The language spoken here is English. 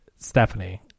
Stephanie